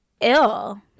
ill